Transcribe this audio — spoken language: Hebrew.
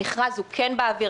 המכרז נמצא באוויר,